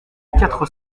quatre